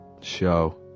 show